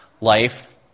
life